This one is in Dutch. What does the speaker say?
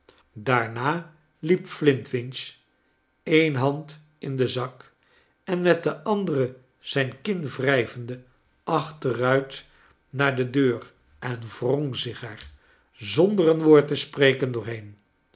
daarna liep flintwinch een hand in den zak en met de andere zijn kin wrijvende achteruit naar de deur en wrong er zich zonder een woord te spreken doorheen